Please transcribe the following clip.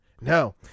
No